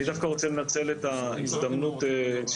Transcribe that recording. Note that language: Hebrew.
אני דווקא רוצה לנצל את ההזדמנות לדבר